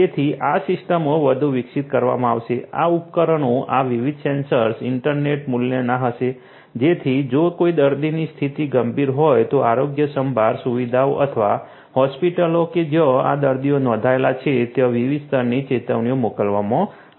તેથી આ સિસ્ટમો વધુ વિકસિત કરવામાં આવશે આ ઉપકરણો આ વિવિધ સેન્સર્સ ઇન્ટરનેટ મૂલ્યના હશે જેથી જો કોઈ દર્દીની સ્થિતિ ગંભીર હોય તો આરોગ્યસંભાળ સુવિધાઓ અથવા હોસ્પિટલો કે જ્યાં આ દર્દીઓ નોંધાયેલા છે ત્યાં વિવિધ સ્તરની ચેતવણીઓ મોકલવામાં આવશે